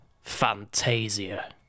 Fantasia